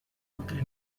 altre